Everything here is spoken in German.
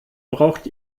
braucht